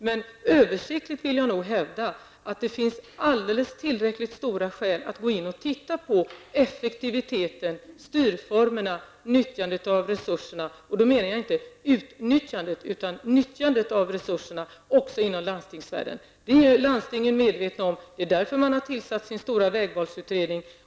Men översiktligt vill jag nog hävda att det finns alldeles tillräckligt stora skäl att också inom landstingsvärlden studera effektiviteten, styrformerna och nyttjandet av resurserna -- och då menar jag inte utnyttjandet utan nyttjandet av resurserna. Detta är landstingen medvetna om, och det är därför som man har tillsatt sin stora vägvalsutredning.